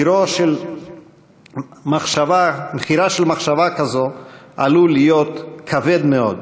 מחירה של מחשבה כזאת עלול להיות כבד מאוד,